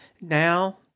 now